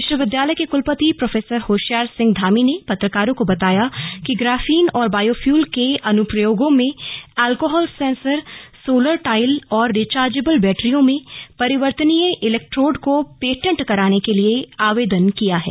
विश्वविद्यालय के कुलपति प्रोफेसर होशियार सिंह धामी ने पत्रकारों को बताया कि ग्राफीन और बायोफ्यूल के अनुप्रयोगों में एल्कोहल सेंसर सोलर टाईल और रीचार्जेबल बैटरियों में परिवर्तनीय इलैक्ट्रोडो को पेटेंट कराने के लिए आवेदन किया है